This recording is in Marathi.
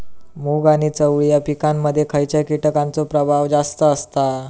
मूग आणि चवळी या पिकांमध्ये खैयच्या कीटकांचो प्रभाव जास्त असता?